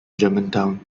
germantown